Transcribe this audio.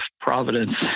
providence